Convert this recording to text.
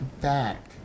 back